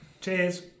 Cheers